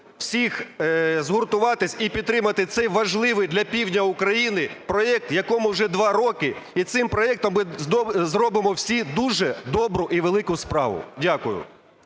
всіх згуртуватись і підтримати цей важливий для півдня України проект, якому вже 2 роки, і цим проектом ми зробимо всі дуже добру і велику справу. Дякую.